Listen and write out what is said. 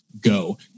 go